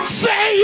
say